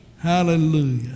Hallelujah